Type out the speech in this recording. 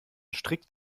strikt